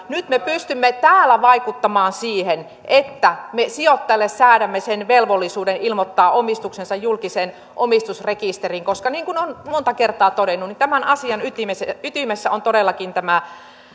nyt me pystymme täällä vaikuttamaan siihen että me sijoittajalle säädämme sen velvollisuuden ilmoittaa omistuksensa julkiseen omistusrekisteriin koska niin kuin olen monta kertaa todennut tämän asian ytimessä on todellakin tämä